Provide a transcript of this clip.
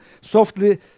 softly